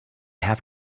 have